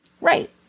right